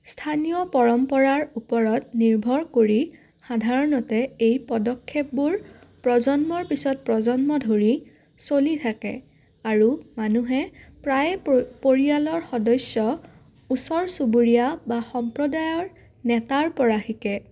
স্থানীয় পৰম্পৰাৰ ওপৰত নিৰ্ভৰ কৰি সাধাৰণতে এই পদক্ষেপবোৰ প্ৰজন্মৰ পিছত প্ৰজন্ম ধৰি চলি থাকে আৰু মানুহে প্ৰায় প পৰিয়ালৰ সদস্য ওচৰ চুবুৰীয়া বা সম্প্ৰদায়ৰ নেতাৰ পৰা শিকে